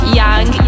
young